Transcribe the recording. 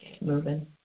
moving